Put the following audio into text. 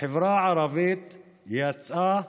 החברה הערבית יצאה,